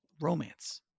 romance